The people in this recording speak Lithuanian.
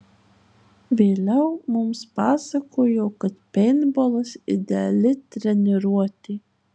vėliau mums pasakojo kad peintbolas ideali treniruotė